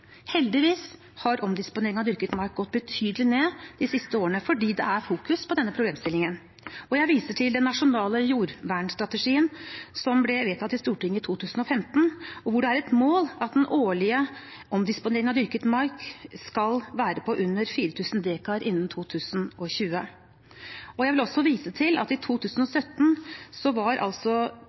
Heldigvis har omdisponeringen av dyrket mark gått betydelig ned de siste årene fordi det er fokus på denne problemstillingen. Jeg viser til den nasjonale jordvernstrategien, som ble vedtatt i Stortinget i 2015, og hvor det er et mål at den årlige omdisponeringen av dyrket mark skal være på under 4 000 dekar innen 2020. Jeg vil også vise til at i 2017 var 22 700 dekar godkjent for nydyrking, så